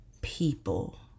people